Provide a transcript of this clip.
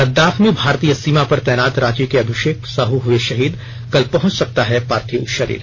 लद्दाख में भारतीय सीमा पर तैनात रांची के अभिषेक साहू हुए शहीद कल पहुंच सकता है पार्थिव शरीर